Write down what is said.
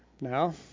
now